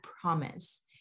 promise